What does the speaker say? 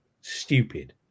stupid